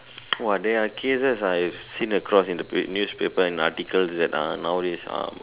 !wah! there are cases I've seen across in the newspapers and articles that uh nowadays ah